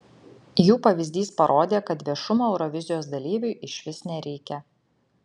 jų pavyzdys parodė kad viešumo eurovizijos dalyviui išvis nereikia